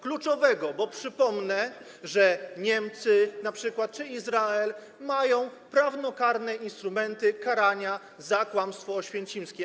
Kluczowego, bo przypomnę, że np. Niemcy czy Izrael mają prawnokarne instrumenty karania za kłamstwo oświęcimskie.